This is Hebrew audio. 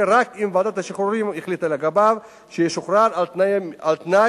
רק אם ועדת השחרורים החליטה לגביו שישוחרר על-תנאי